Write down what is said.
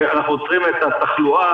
שאנחנו עוצרים את התחלואה,